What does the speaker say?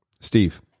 Steve